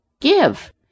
give